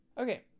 Okay